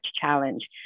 challenge